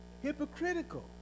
hypocritical